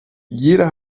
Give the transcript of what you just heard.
jeder